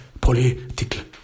political